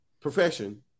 profession